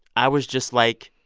i was just, like,